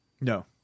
No